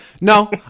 No